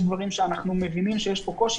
יש דברים שאנחנו מבינים שיש כאן קושי